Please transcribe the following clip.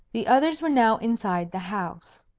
the others were now inside the house.